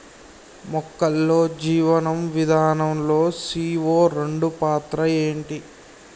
మొక్కల్లో జీవనం విధానం లో సీ.ఓ రెండు పాత్ర ఏంటి?